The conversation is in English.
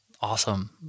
Awesome